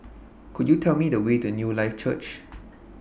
Could YOU Tell Me The Way to Newlife Church